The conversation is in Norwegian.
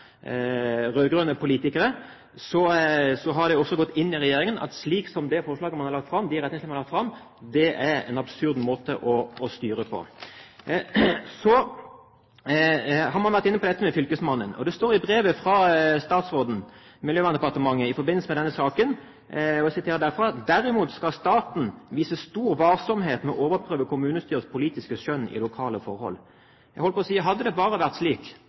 politikere – også har gått inn til regjeringen, at de retningslinjene man har lagt fram forslag om, innebærer en absurd måte å styre på. Så har man vært inne på dette med fylkesmannen. Det står i brevet fra Miljøverndepartementet i forbindelse med denne saken: «Derimot skal staten vise stor varsomhet med å overprøve kommunestyrets politiske skjønn i lokale forhold.» Jeg holdt på å si at hadde bare vært slik, hadde det ikke vært noe problem. Men det er jo mange av oss som også har bakgrunn fra lokalpolitikken, og som ser at slik